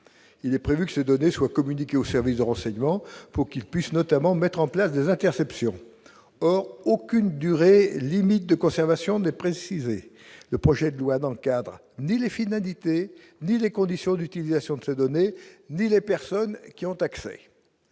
il est prévu que ces données soient communiquées aux services de renseignement pour qu'ils puissent notamment mettre en place des interceptions, or aucune durée limite de conservation de préciser le projet de loi dans le cadre ni les finalités, ni les conditions d'utilisation de se donner des les personnes qui ont accès